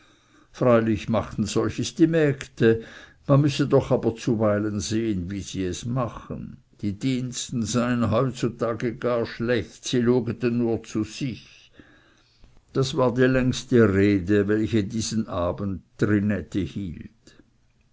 freilich machten solches die mägde man müsse doch aber auch zuweilen sehen wie sie es machen die diensten seien heutzutage gar schlecht sie luegten nur zu sich das war die längste rede welche diesen abend trinette hielt